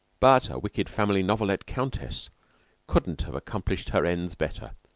but a wicked family novelette countess couldn't have accomplished her ends better.